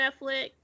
Netflix